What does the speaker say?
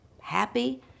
happy